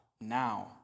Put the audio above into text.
now